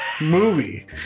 movie